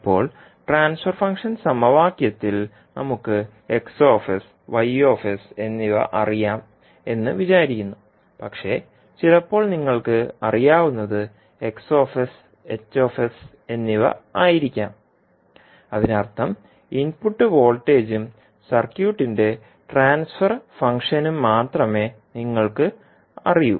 ഇപ്പോൾ transfer function സമവാക്യത്തിൽ നമുക്ക് എന്നിവ അറിയാം എന്ന് വിചാരിക്കുന്നു പക്ഷേ ചിലപ്പോൾ നിങ്ങൾക്കറിയാവുന്നത് എന്നിവ ആയിരിക്കാം അതിനർത്ഥം ഇൻപുട്ട് വോൾട്ടേജും സർക്യൂട്ടിന്റെ ട്രാൻസ്ഫർ ഫംഗ്ഷനും മാത്രമേ നിങ്ങൾക്ക് അറിയൂ